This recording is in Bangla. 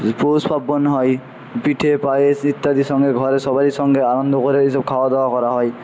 পৌষ পার্বণ হয় পিঠে পায়েস ইত্যাদির সঙ্গে ঘরে সবাইয়ের সঙ্গে আনন্দ করে এইসব খাওয়া দাওয়া করা হয়